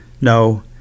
No